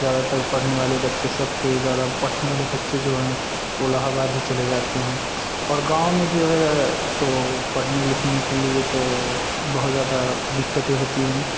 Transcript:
ज़्यादातर पढ़ने वाले बच्चे सबसे ज़्यादा पढ़ने वाले बच्चे जो हैं वह इलाहाबाद ही चले जाते हैं और गाँव में जो है तो पढ़ने लिखने के लिए तो बहुत ज़्यादा दिक्कतें होती हैं